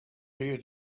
here